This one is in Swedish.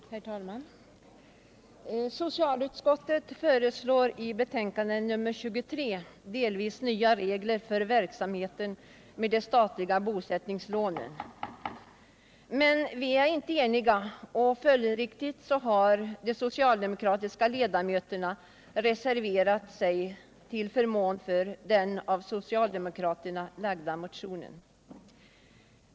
Herr talman! Socialutskottet föreslår i betänkande nr 23 delvis nya regler för verksamheten med de statliga bosättningslånen. Men vi är inte eniga, och följdriktigt har de socialdemokratiska ledamöterna reserverat sig till förmån för förslaget i den av socialdemokraterna lagda motionen.